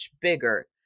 bigger